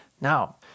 Now